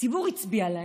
הציבור הצביע להם,